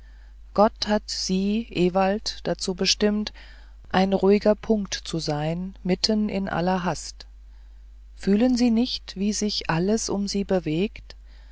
gott hat sie ewald dazu bestimmt ein ruhiger punkt zu sein mitten in aller hast fühlen sie nicht wie alles sich um sie bewegt